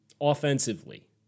offensively